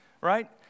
right